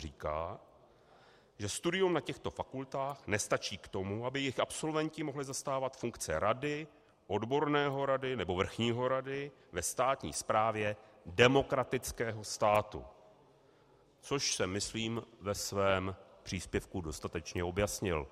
Návrh pouze říká, že studium na těchto fakultách nestačí k tomu, aby jejich absolventi mohli zastávat funkce rady, odborného rady nebo vrchního rady ve státní správě demokratického státu, což jsem myslím ve svém příspěvku dostatečně objasnil.